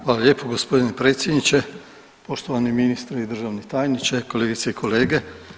Hvala lijepo g. predsjedniče, poštovani ministre i državni tajniče, kolegice i kolege.